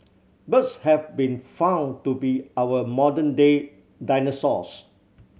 birds have been found to be our modern day dinosaurs